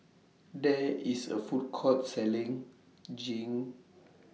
There IS A Food Court Selling Jing